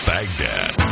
Baghdad